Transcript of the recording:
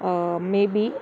may be